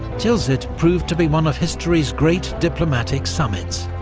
tilsit proved to be one of history's great diplomatic summits,